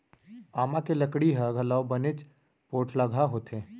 आमा के लकड़ी ह घलौ बनेच पोठलगहा होथे